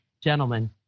Gentlemen